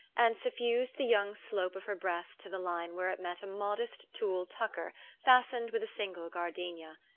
and suffused the young slope of her breast to the line where it met a modest tulle tucker fastened with a single gardenia.